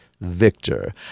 victor